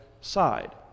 side